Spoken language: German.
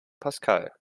pascal